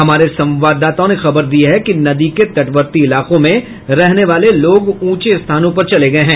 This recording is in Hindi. हमारे संवाददाताओं ने खबर दी है कि नदी के तटवर्ती इलाकों में रहने वाले लोग ऊंचे स्थानों पर चले गये हैं